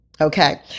Okay